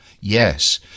Yes